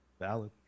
Valid